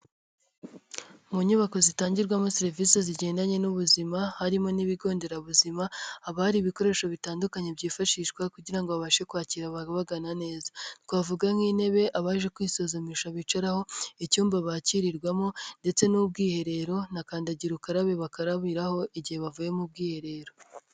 Mu nyubako zitangirwamo serivisi zigendanye n'ubuzima, harimo n'ibigo nderabuzima, haba hari ibikoresho bitandukanye byifashishwa kugira ngo babashe kwakira aba bagana neza. Twavuga nk'intebe, abaje kwisuzumisha bicaraho, icyumba bakirirwamo ndetse n'ubwiherero na kandagira ukarabe bakarabiriraho, igihe bavuye mu bwiherero.